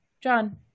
John